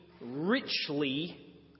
richly